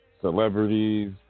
celebrities